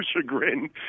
chagrin